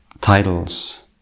titles